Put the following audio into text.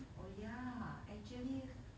oh yeah actually